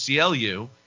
CLU